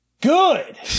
good